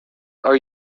are